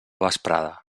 vesprada